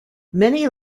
many